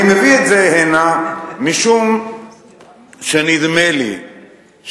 אני מביא את זה הנה משום שנדמה לי שהליכוד,